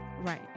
right